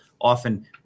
often